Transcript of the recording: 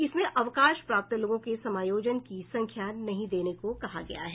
इसमें अवकाश प्राप्त लोगों के समायोजन की संख्या नहीं देने को कहा गया है